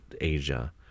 asia